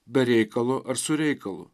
be reikalo ar su reikalu